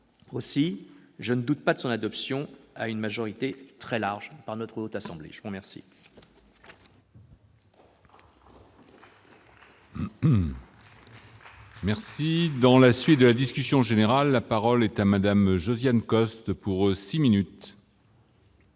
Aussi, je ne doute pas de son adoption à une majorité très large par la Haute Assemblée. La parole